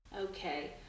okay